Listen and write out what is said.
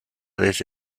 desde